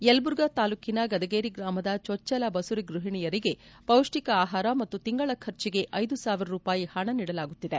ಯಲಬುರ್ಗಾ ತಾಲೂಕಿನ ಗದಗೇರಿ ಗೂಮದ ಚೊಚ್ಚಲ ಬಸುರಿ ಗೃಪಣಿಯರಿಗೆ ಪೌಷ್ಠಿಕ ಆಹಾರ ಮತ್ತು ತಿಂಗಳ ಖರ್ಚಿಗೆ ಕಸಾವಿರ ರೂಪಾಯಿ ಪಣ ನೀಡಲಾಗುತ್ತಿದೆ